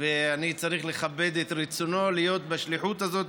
ואני צריך לכבד את רצונו להיות בשליחות הזאת.